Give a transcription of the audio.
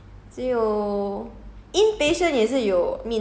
um maybe ya lor don't 只有